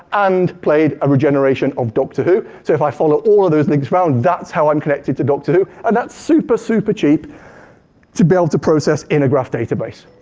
and played a regeneration of doctor who, so if i follow all of those things around, that's how i'm connected to doctor who. and that's super, super cheap to be able to process in a graph database.